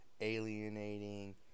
alienating